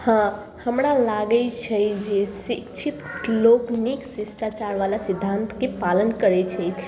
हँ हमरा लागै छै जे शिक्षित लोक नीक शिष्टाचारबाला सिद्धान्तके पालन करै छै